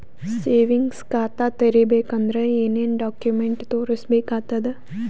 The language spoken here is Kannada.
ಸೇವಿಂಗ್ಸ್ ಖಾತಾ ತೇರಿಬೇಕಂದರ ಏನ್ ಏನ್ಡಾ ಕೊಮೆಂಟ ತೋರಿಸ ಬೇಕಾತದ?